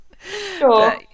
Sure